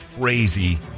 crazy